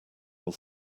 will